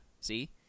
See